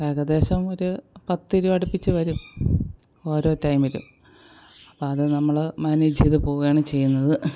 ഏകദേശം ഒരു പത്തു രൂപ അടുപ്പിച്ചു വരും ഓരോ ടൈമിലും അത് നമ്മള് മാനേജ് ചെയ്തു പോകയാണ് ചെയ്യുന്നത്